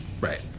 right